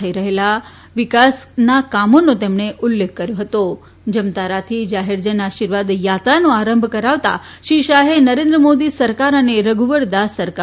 થઇ રહેલાં વિકાસનાં કામોનો તેમણે ઉલ્લેખ કર્યો હતોજમતારાથી જાહેરજન આશીર્વાદ યાત્રાનો આરંભ કરાવતાં શ્રી શાહે નરેન્દ્ર મોદી સરકાર